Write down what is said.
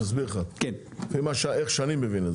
לא, אני אסביר לך איך שאני מבין את זה.